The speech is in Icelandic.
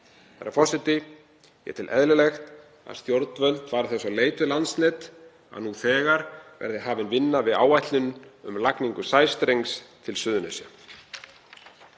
Herra forseti. Ég tel eðlilegt að stjórnvöld fari þess á leit við Landsnet að nú þegar verði hafin vinna við áætlun um lagningu sæstrengs til Suðurnesja.